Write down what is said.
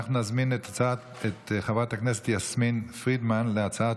אנחנו נזמין את חברת הכנסת יסמין פרידמן להצעת